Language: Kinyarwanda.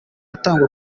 atangwa